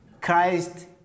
Christ